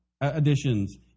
additions